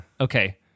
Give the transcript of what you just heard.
Okay